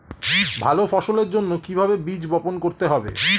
ভালো ফসলের জন্য কিভাবে বীজ বপন করতে হবে?